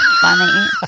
funny